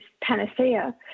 panacea